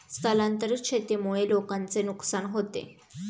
स्थलांतरित शेतीमुळे लोकांचे नुकसान होते